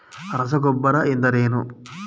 ರಸಗೊಬ್ಬರ ಎಂದರೇನು?